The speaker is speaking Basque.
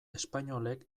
espainolek